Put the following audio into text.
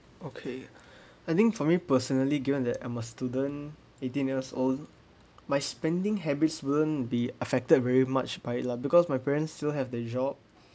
okay I think for me personally given that I'm a student eighteen years old my spending habits won't be affected very much by it lah because my parents still have their job